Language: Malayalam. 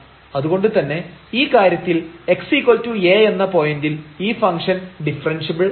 അതു കൊണ്ടുതന്നെ ഈ കാര്യത്തിൽ xA എന്ന പോയിന്റിൽ ഈ ഫംഗ്ഷൻ ഡിഫറെൻഷ്യബിൾ അല്ല